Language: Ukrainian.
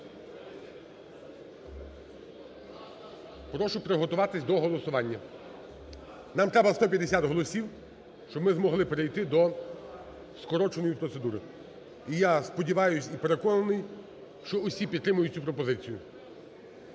Прошу приготуватися до голосування. Нам треба 150 голосів, щоб ми змогли перейти до скороченої процедури. І я сподіваюся, і переконаний, що всі підтримають цю пропозицію.